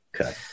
Okay